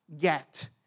get